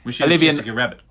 Olivia